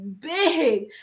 big